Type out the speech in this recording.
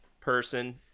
person